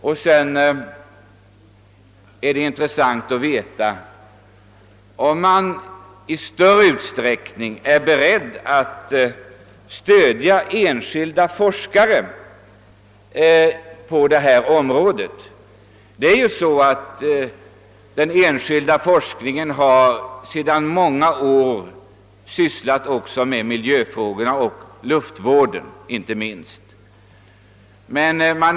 Vidare vore det intressant att få veta om man är beredd att i större utsträckning stödja enskilda forskare på detta område. Den enskilda forskningen har ju sedan många år tillbaka sysslat också med miljöfrågorna och då inte minst luftvården.